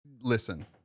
listen